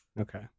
Okay